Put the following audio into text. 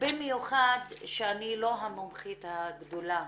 במיוחד שאני לא המומחית הגדולה